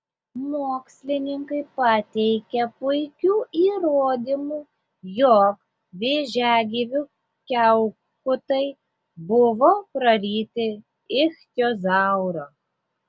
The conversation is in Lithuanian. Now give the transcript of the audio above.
mokslininkai pateikė puikių įrodymų jog vėžiagyvių kiaukutai buvo praryti ichtiozauro